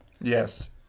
Yes